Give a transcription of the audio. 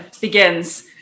begins